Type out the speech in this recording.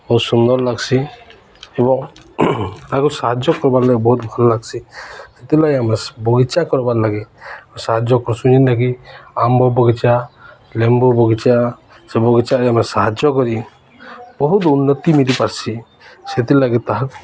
ବହୁତ ସୁନ୍ଦର ଲାଗ୍ସି ଏବଂ ତାକୁ ସାହାଯ୍ୟ କର୍ବାର୍ ଲାଗି ବହୁତ ଭଲ ଲାଗ୍ସି ସେଥିର୍ଲାଗି ଆମେ ବଗିଚା କର୍ବାର୍ ଲାଗି ସାହାଯ୍ୟ କରୁସୁଁ ଯେନ୍ତାକି ଆମ୍ବ ବଗିଚା ଲେମ୍ବୁ ବଗିଚା ସେ ବଗିଚାରେ ଆମେ ସାହାଯ୍ୟ କରି ବହୁତ ଉନ୍ନତି ମଳିିପାର୍ସି ସେଥିର୍ଲାଗି ତାହା